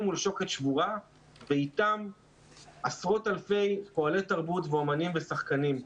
מול שוקת שבורה ואתם עשרות אלפי פועלי תרבות ואומנים ושחקנים.